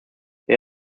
they